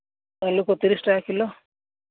ᱟᱹᱞᱩ ᱠᱚ ᱛᱤᱨᱤᱥ ᱴᱟᱠᱟ ᱠᱤᱞᱳ